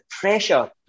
pressure